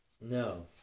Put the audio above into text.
No